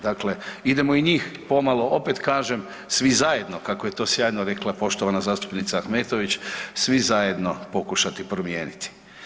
Dakle, idemo i njih pomalo, opet kažem svi zajedno kako je to sjajno rekla poštovana zastupnica Ahmetović, svi zajedno pokušati promijeniti.